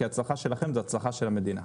כי הצלחה שלכם היא הצלחה של המדינה.